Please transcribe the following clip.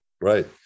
right